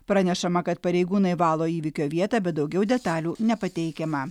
pranešama kad pareigūnai valo įvykio vietą bet daugiau detalių nepateikiama